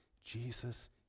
Jesus